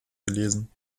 gelesen